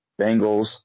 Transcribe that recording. Bengals